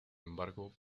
embargo